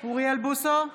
אוריאל בוסו,